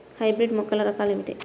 Hybrid మొక్కల రకాలు ఏమిటీ?